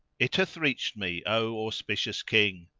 it hath reached me, o auspicious king,